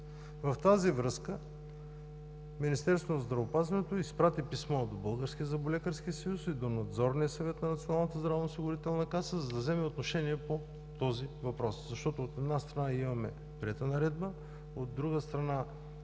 В тази връзка Министерството на здравеопазването изпрати писмо до Българския зъболекарски съюз и до Надзорния съвет на Националната здравноосигурителна каса, за да вземат отношение по този въпрос, защото от една страна имаме приета наредба, от друга страна